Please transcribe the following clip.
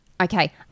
Okay